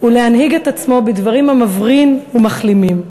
ולהנהיג את עצמו בדברים המבריאים ומחלימים.